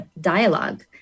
dialogue